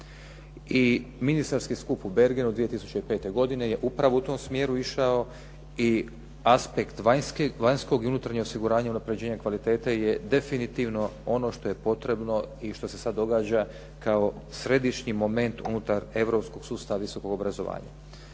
I ministarski skup u Bergenu 2005. godine je upravo u tom smjeru išao i aspekt vanjskog i unutarnjeg osiguranja, unapređenja kvalitete je definitivno ono što je potrebno i što se sad događa kao središnji moment unutar europskog sustava visokog obrazovanja.